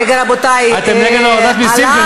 רגע, רבותי, אתם נגד הורדת מסים?